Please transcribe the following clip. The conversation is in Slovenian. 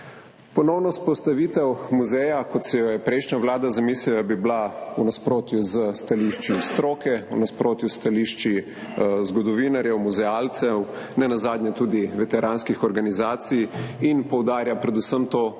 Ponovna vzpostavitev muzeja, kot si jo je prejšnja vlada zamislila, bi bila v nasprotju s stališči stroke, v nasprotju s stališči zgodovinarjev, muzealcev, nenazadnje tudi veteranskih organizacij in poudarja predvsem to,